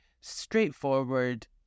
straightforward